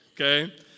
Okay